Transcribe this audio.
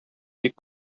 бик